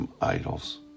idols